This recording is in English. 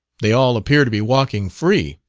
they all appear to be walking free.